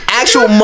actual